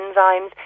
enzymes